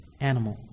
animal